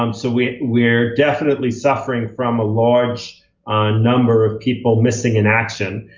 um so we're we're definitely suffering from a large number of people missing in action.